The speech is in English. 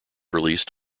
released